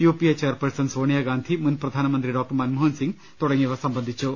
U P A chair person Sonia Gandhi മുൻ പ്രധാന മന്ത്രി ഡോക്ടർ മൻമോഹൻ സിംഗ് തുടങ്ങിയവർ സംബന്ധിച്ചു